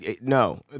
No